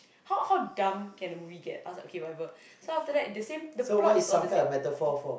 how how dumb can the movie get I was like okay whatever so after that the same the plot is all the same